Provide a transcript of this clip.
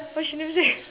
but she never say